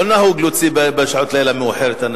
לא נהוג להוציא אנשים בשעת לילה מאוחרת.